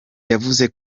yavuze